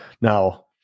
Now